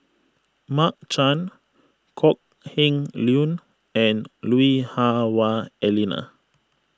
Mark Chan Kok Heng Leun and Lui Hah Wah Elena